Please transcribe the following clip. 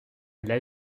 life